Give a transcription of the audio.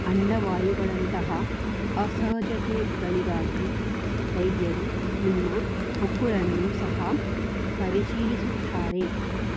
ಅಂಡವಾಯುಗಳಂತಹ ಅಸಹಜತೆಗಳಿಗಾಗಿ ವೈದ್ಯರು ನಿಮ್ಮ ಹೊಕ್ಕುಳನ್ನು ಸಹ ಪರಿಶೀಲಿಸುತ್ತಾರೆ